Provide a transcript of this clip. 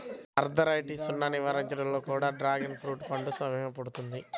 ఆర్థరైటిసన్ను నివారించడంలో కూడా డ్రాగన్ ఫ్రూట్ పండు సహాయపడుతుంది